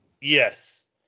Yes